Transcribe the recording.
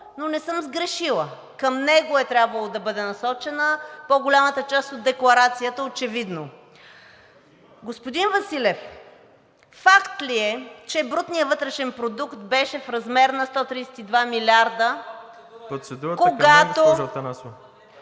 но не съм сгрешила. Към него е трябвало да бъде насочена по голямата част от декларацията – очевидно. Господин Василев, факт ли е, че брутният вътрешен продукт беше в размер на 132 милиарда, когато…